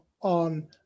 on